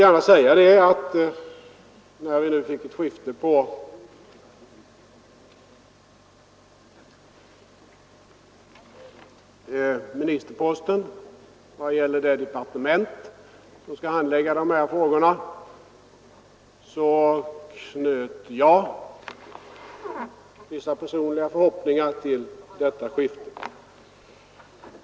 När vi fick ett skifte på ministerposten i det departement som skall handlägga dessa frågor knöt jag personligen vissa förhoppningar till detta skifte.